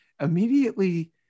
immediately